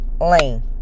lane